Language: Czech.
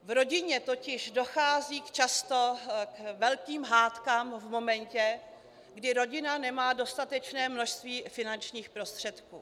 V rodině totiž dochází často k velkým hádkám v momentě, kdy rodina nemá dostatečné množství finančních prostředků.